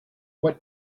what